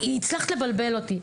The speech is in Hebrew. הצלחת לבלבל אותי.